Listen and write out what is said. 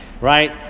right